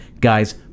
Guys